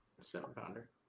Seven-pounder